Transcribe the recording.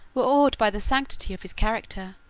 were awed by the sanctity of his character,